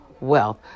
wealth